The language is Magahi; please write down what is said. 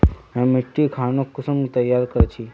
हम मिट्टी खानोक कुंसम तैयार कर छी?